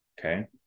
okay